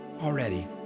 already